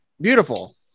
beautiful